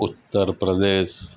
Uttar Pradesh